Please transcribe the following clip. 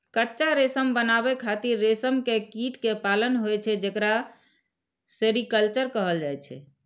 कच्चा रेशम बनाबै खातिर रेशम के कीट कें पालन होइ छै, जेकरा सेरीकल्चर कहल जाइ छै